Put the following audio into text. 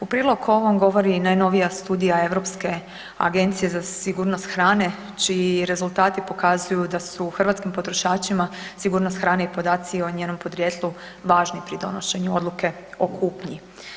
U prilog ovom govori i najnovija studija Europske agencije za sigurnost hrane čiji rezultati pokazuju da su hrvatskim potrošačima sigurnost hrane i podaci o njenom podrijetlu važni pri donošenju odluke o kupnji.